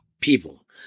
people